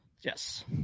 Yes